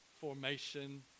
Formation